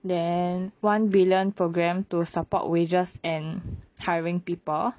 then one billion programme to support wages and hiring people